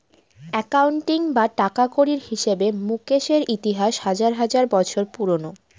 accounting বা টাকাকড়ির হিসাবে মুকেশের ইতিহাস হাজার হাজার বছর পুরোনো